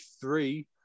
three